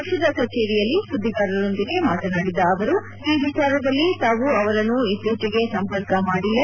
ಪಕ್ಷದ ಕಚೇರಿಯಲ್ಲಿ ಸುದ್ದಿಗಾರರೊದಿಗೆ ಮಾತನಾಡಿದ ಅವರು ಈ ವಿಚಾರದಲ್ಲಿ ತಾವು ಅವರನ್ನು ಇತ್ತೀಚೆಗೆ ಸಂಪರ್ಕ ಮಾಡಿಲ್ಲ